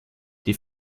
die